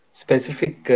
specific